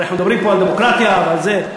הרי אנחנו מדברים פה על דמוקרטיה ועל זה.